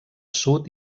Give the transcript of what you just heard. sud